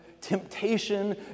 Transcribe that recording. Temptation